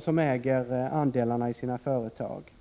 som äger andelarna i sina företag.